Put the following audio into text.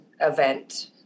event